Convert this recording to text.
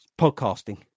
podcasting